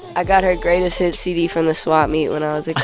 i got her greatest hits cd from the swap meet when i was a